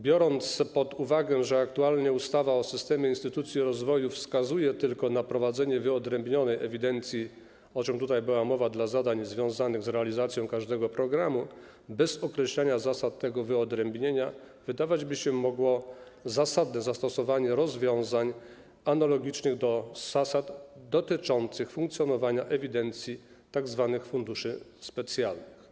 Biorąc pod uwagę, że aktualnie ustawa o systemie instytucji rozwoju wskazuje tylko na prowadzenie wyodrębnionej ewidencji, o czym była mowa, dla zadań związanych z realizacji każdego programu bez określania zasad tego wyodrębnienia, wydawać by się mogło zasadne zastosowanie rozwiązań analogicznych do zasad dotyczących funkcjonowania ewidencji tzw. funduszy specjalnych.